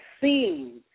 seen